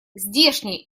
здешний